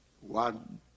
one